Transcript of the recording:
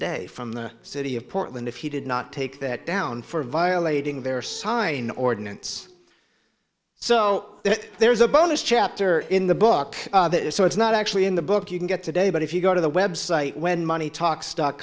day from the city of portland if he did not take that down for violating their sign ordinance so there is a bonus chapter in the book so it's not actually in the book you can get today but if you go to the website when money talks dot